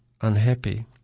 unhappy